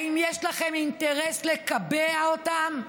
האם יש לכם אינטרס לקבע אותם?